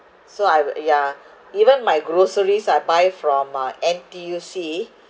so I will ya even my groceries I buy from uh N_T_U_C